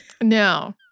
No